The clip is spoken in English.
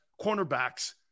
cornerbacks